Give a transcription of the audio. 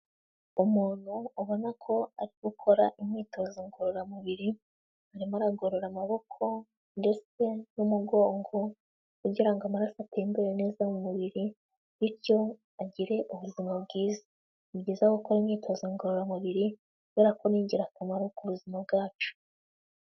Umuntu ubona ko ari gukora imyitozo ngororamubiri, arimo aragorora amaboko ndetse n'umugongo kugira ngo amaraso atembere neza mu mubiri bityo agire ubuzima bwiza, ni byiza gukora imyitozo ngororamubiri kubera ko ni ingirakamaro ku buzima bwacu.